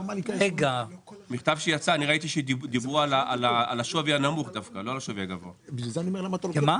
אני ראיתי שדיברו על השווי הנמוך לא על השווי הגבוה,